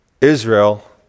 Israel